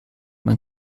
man